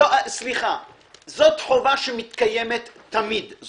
זו חובה שמתקיימת תמיד.